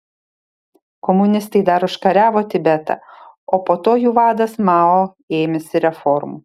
komunistai dar užkariavo tibetą o po to jų vadas mao ėmėsi reformų